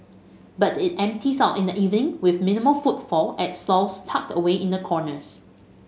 but it empties out in the evening with minimal footfall at stalls tucked away in the corners